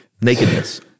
Nakedness